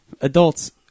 Adults –